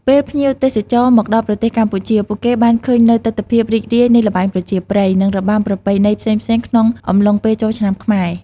ពេលភ្ញៀវទេសចរណ៌ មនដល់ប្រទេសកម្ពុជា ពួកគេបានឃើញនូវទិដ្ឋភាពរីករាយនៃល្បែងប្រជាប្រិយ និងរបាំប្រពៃណីផ្សេងៗក្នុងអំឡុងពេលចូលឆ្នាំខ្មែរ។